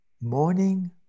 morning